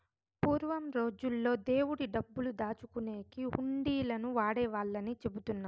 పూర్వం రోజుల్లో దేవుడి డబ్బులు దాచుకునేకి హుండీలను వాడేవాళ్ళని చెబుతున్నారు